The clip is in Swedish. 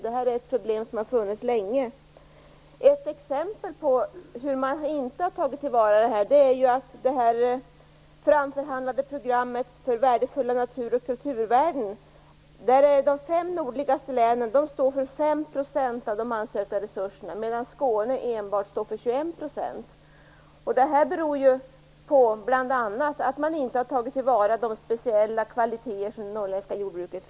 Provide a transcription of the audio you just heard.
Det är ett problem som har funnits länge. Ett exempel på att man inte har tagit till vara stödet är det framförhandlade programmet för värdefulla natur och kulturvärden. De fem nordligaste länen står för 5 % av de resurser man ansökt om, medan enbart Skåne står för 21 %. Det beror bl.a. på att man inte har tagit till vara de speciella kvaliteter som finns i det norrländska jordbruket.